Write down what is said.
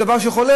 זה דבר שחולף.